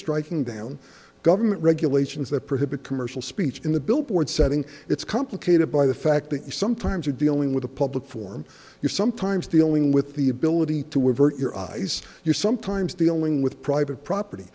striking down government regulations that prohibit commercial speech in the billboard setting it's complicated by the fact that you sometimes are dealing with a public form you sometimes dealing with the ability to avert your eyes your sometimes dealing with private property